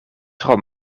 tro